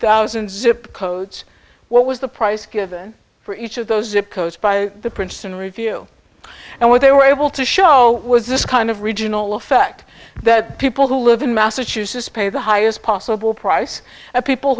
thousand zip codes what was the price given for each of those zip codes by the princeton review and what they were able to show was this kind of regional effect that people who live in massachusetts pay the highest possible price of people